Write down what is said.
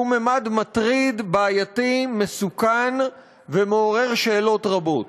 שהוא ממד מטריד, בעייתי, מסוכן ומעורר שאלות רבות.